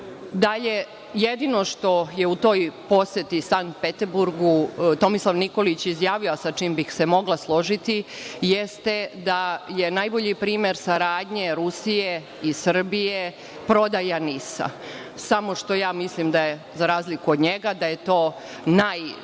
listi? Jedino što je u toj poseti Sankt Peterburgu Tomislav Nikolić je izjavio, a sa čim bih se mogla složiti, jeste da je najbolji primer saradnje Rusije i Srbije prodaja NIS-a, samo što ja mislim, za razliku od njega, da je to